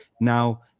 Now